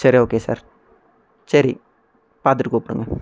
சரி okay sir சரி பார்த்துட்டு கூப்பிடுங்க